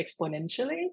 exponentially